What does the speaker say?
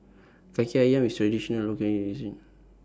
Kaki Ayam IS Traditional Local Cuisine